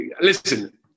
Listen